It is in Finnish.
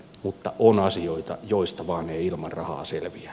mutta on asioita joista vaan ei ilman rahaa selviä